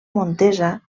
montesa